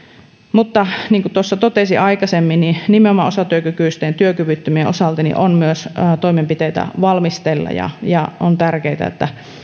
mutta niin kuin tuossa totesin aikaisemmin nimenomaan osatyökykyisten ja työkyvyttömien osalta on myös toimenpiteitä valmisteilla ja ja on tärkeätä että